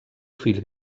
fill